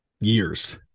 years